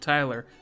Tyler